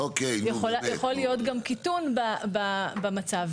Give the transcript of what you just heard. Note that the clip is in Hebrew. יכול להיות גם קיטון במצב,